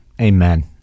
Amen